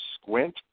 squint